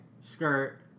Skirt